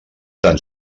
tant